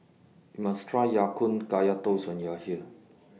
YOU must Try Ya Kun Kaya Toast when YOU Are here